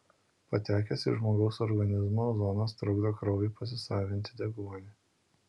patekęs į žmogaus organizmą ozonas trukdo kraujui pasisavinti deguonį